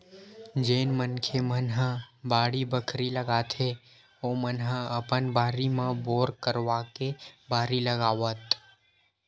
जेन मनखे मन ह बाड़ी बखरी लगाथे ओमन ह अपन बारी म बोर करवाके बारी लगावत